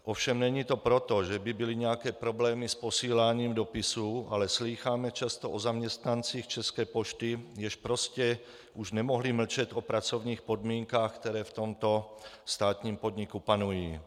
Ovšem není to proto, že by byly nějaké problémy s posíláním dopisů, ale slýcháme často o zaměstnancích České pošty, kteří prostě už nemohli mlčet o pracovních podmínkách, které v tomto státním podniku panují.